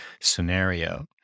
scenario